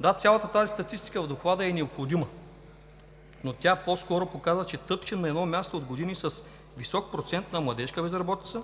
Да, цялата тази статистика в Доклада е необходима, но тя по-скоро показва, че тъпчем на едно място от години с висок процент на младежка безработица